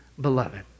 beloved